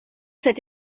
cet